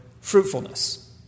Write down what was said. fruitfulness